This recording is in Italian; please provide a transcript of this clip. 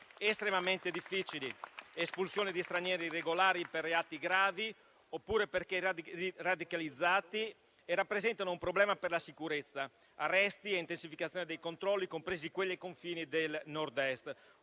estremamente difficili: espulsione di stranieri irregolari per reati gravi, oppure perché radicalizzati e perché rappresentano un problema per la sicurezza; arresti e intensificazione dei controlli, compresi quelli ai confini del Nord-Est;